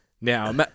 Now